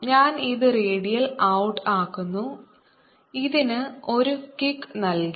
ഞാൻ ഇത് radial out ആക്കുന്നു ഇതിന് ഒരു കിക്ക് നൽകി